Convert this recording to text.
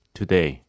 today